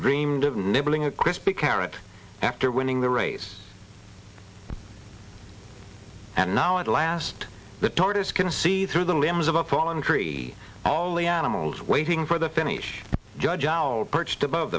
dreamed of nibbling a crispy carrot after winning the race and now at last the tortoise can see through the limbs of a fallen tree all the animals waiting for the finish judge hour perched above